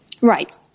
right